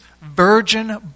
virgin